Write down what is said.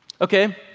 Okay